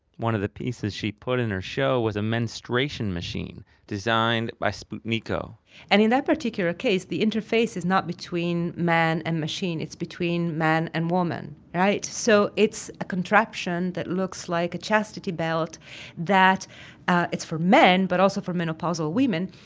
one of the pieces she put in her show was a menstration machine, design by sputniko and in that particular case, the interface is not between man and machine. it's between man and woman. right? so it's a contraption that looks like a chastity belt that ah is for men, but also for menopausal women,